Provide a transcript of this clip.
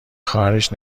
خواهرش